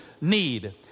need